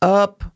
up